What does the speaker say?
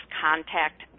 contact